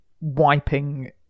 wiping